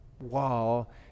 wall